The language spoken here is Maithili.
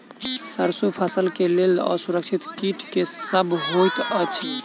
सैरसो फसल केँ लेल असुरक्षित कीट केँ सब होइत अछि?